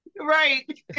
right